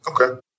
Okay